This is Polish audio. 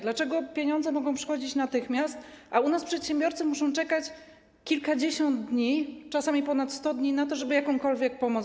Dlaczego pieniądze mogą przychodzić natychmiast, a u nas przedsiębiorcy muszą czekać kilkadziesiąt dni, czasem ponad 100 dni na to, żeby dostać jakąkolwiek pomoc?